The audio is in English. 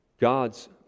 God's